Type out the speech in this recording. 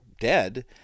dead